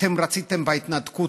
אתם רציתם בהתנתקות,